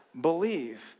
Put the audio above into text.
believe